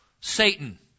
Satan